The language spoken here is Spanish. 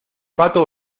pato